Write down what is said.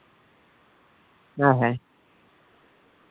ᱦᱮᱸ ᱦᱮᱸ